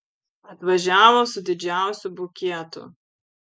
atvažiavo su didžiausiu bukietu